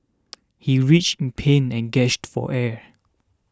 he writhed in pain and gasped for air